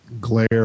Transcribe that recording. glare